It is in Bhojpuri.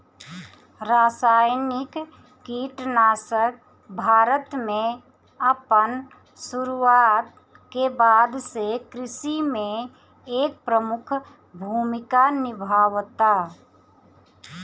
रासायनिक कीटनाशक भारत में अपन शुरुआत के बाद से कृषि में एक प्रमुख भूमिका निभावता